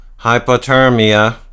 hypothermia